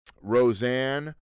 Roseanne